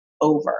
over